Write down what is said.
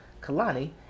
Kalani